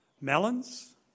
melons